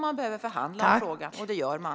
Man behöver förhandla om frågan, och det gör man.